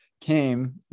came